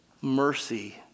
mercy